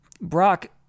Brock